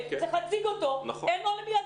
פרויקט שהוא צריך להגיש, ואין מורים.